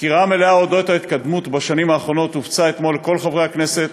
סקירה מלאה על ההתקדמות בשנים האחרונות הופצה אתמול לכל חברי הכנסת,